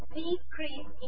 decrease